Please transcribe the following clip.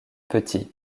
petit